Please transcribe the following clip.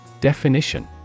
Definition